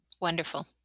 wonderful